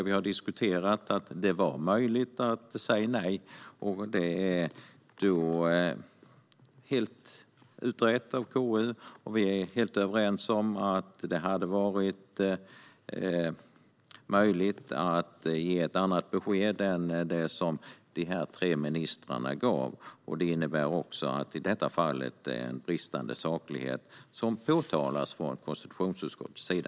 Vi har diskuterat att det var möjligt att säga nej, och det är helt utrett av KU. Vi är överens om att det hade varit möjligt att ge ett annat besked än det som de tre ministrarna gav. Det innebär att det också i detta fall är en bristande saklighet som påtalas från konstitutionsutskottets sida.